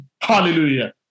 Hallelujah